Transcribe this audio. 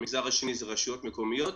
המגזר השני הוא רשויות מקומיות.